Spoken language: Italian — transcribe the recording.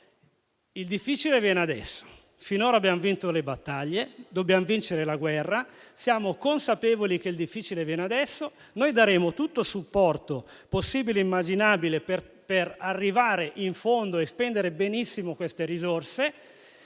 Il difficile, quindi, viene adesso. Finora abbiamo vinto le battaglie, dobbiamo vincere la guerra. Siamo consapevoli che il difficile viene adesso e noi daremo tutto il supporto possibile e immaginabile per arrivare in fondo e spendere benissimo le risorse.